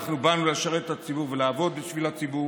אנחנו באנו לשרת את הציבור ולעבוד בשביל הציבור,